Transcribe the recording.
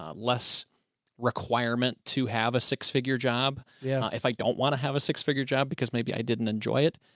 ah less requirement to have a six figure job. yeah if i don't want to have a six figure job because maybe i didn't enjoy it.